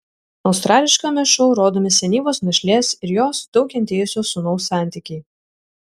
australiškame šou rodomi senyvos našlės ir jos daug kentėjusio sūnaus santykiai